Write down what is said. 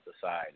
society